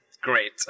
great